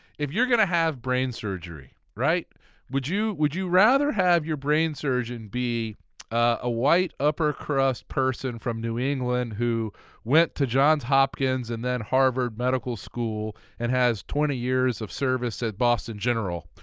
if you're going to have brain surgery, would you would you rather have your brain surgeon be a white upper-crust person from new england who went to johns hopkins and then harvard medical school and has twenty years of service at boston general,